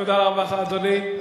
תודה רבה לך, אדוני,